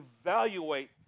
evaluate